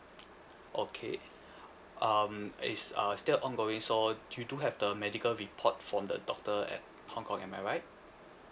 okay um it's uh still ongoing so you do have the medical report from the doctor at hong kong am I right